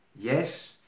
Yes